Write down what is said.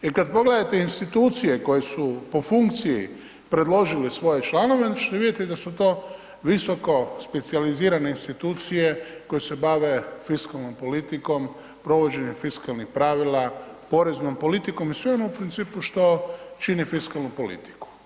Jer kad pogledate institucije koje su po funkciji predložili svoje članove onda ćete vidjeti da su to visoko specijalizirane institucije koje se bave fiskalnom politikom, provođenjem fiskalnih pravila, poreznom politikom i svemu onome u principu što čini fiskalnu politiku.